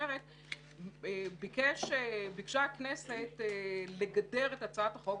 ביקשה הכנסת לגדר את הצעת החוק,